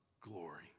glory